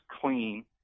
clean